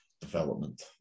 development